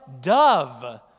dove